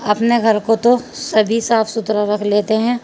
اپنے گھر کو تو سبھی صاف ستھرا رکھ لیتے ہیں